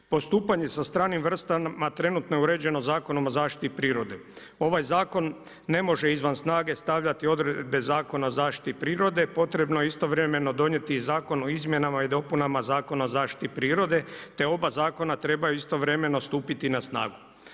Postupanje sa stranim vrstama trenutno je uređeno Zakonom o zaštiti prirode, ovaj zakon ne može izvan snage stavljati odredbe Zakona o zaštiti prirode, potrebno je istovremeno donijeti zakon o izmjenama i dopunama Zakona o zaštiti prirode te oba zakona trebaju istovremeno stupiti na snagu.